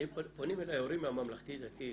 פונים אלי הורים מהממלכתי-דתי,